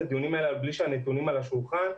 הדיונים האלה בלי הנתונים יהיו על השולחן.